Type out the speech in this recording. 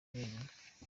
wenyine